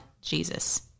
Jesus